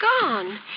gone